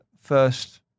first